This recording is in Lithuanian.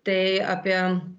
tai apie